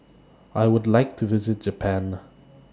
I Would like to visit Japan